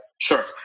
Sure